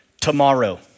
tomorrow